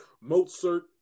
Mozart